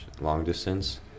long-distance